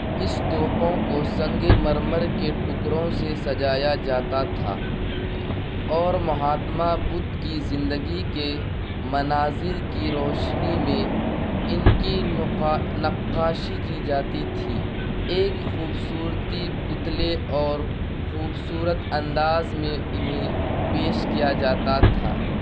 استوپوں کو سنگ مرمر کے ٹکڑوں سے سجایا جاتا تھا اور مہاتما بدھ کی زندگی کے مناظر کی روشنی میں ان کی نقاشی نقاشی کی جاتی تھی ایک خوبصورت پتلے اور خوبصورت انداز میں انہیں پیش کیا جاتا تھا